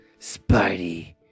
Spidey